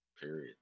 period